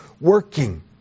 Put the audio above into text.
working